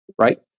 right